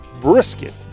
Brisket